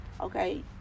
okay